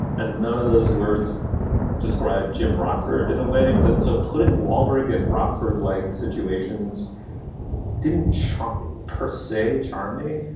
and none of those words describe jim rockford in a way but so putting wahlberg in rockford like situations didn't chuck persay charm me,